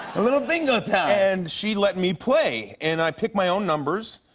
a little bingo time. and she let me play, and i picked my own numbers,